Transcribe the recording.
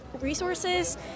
resources